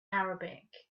arabic